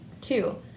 Two